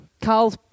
Carl